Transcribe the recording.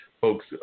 folks